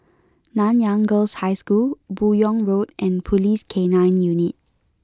Nanyang Girls' High School Buyong Road and Police K nine Unit